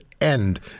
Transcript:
end